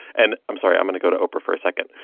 and i'm sorry. i'm going to go to oprah for a second.